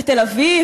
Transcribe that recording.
בתל-אביב,